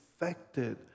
affected